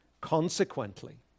Consequently